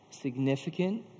significant